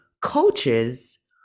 coaches